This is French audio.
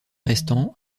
restants